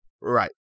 Right